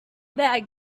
bad